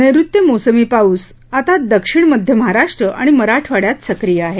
नैऋत्य मोसमी पाऊस दक्षिण मध्य महाराष्ट्र आणि मराठवाड्यात सक्रिय आहे